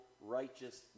righteous